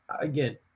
again